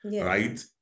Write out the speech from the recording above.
right